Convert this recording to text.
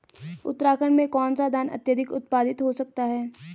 उत्तराखंड में कौन सा धान अत्याधिक उत्पादित हो सकता है?